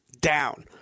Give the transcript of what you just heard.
down